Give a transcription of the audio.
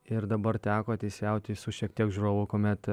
ir dabar teko teisėjauti su šiek tiek žiūrovų kuomet